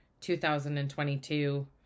2022